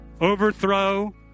overthrow